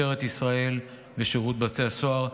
משטרת ישראל ושירות בתי הסוהר,